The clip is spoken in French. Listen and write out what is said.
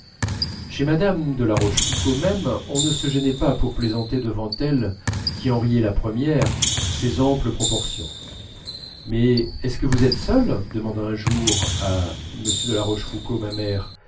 chez mme de la rochefoucauld même on ne se gênait pas pour plaisanter devant elle qui en riait la première ses amples proportions mais est-ce que vous êtes seul demanda un jour à m de la rochefoucauld